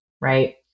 Right